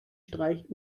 streicht